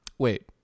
Wait